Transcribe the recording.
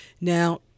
Now